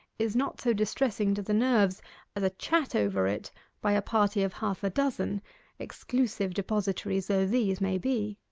is not so distressing to the nerves as a chat over it by a party of half-a-dozen exclusive depositaries though these may be.